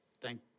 Thank